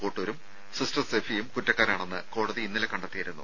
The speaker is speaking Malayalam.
കോട്ടൂരും സിസ്റ്റർ സെഫിയും കുറ്റക്കാരാണെന്ന് കോടതി ഇന്നലെ കണ്ടെത്തിയിരുന്നു